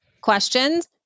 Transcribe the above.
questions